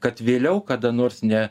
kad vėliau kada nors ne